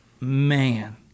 man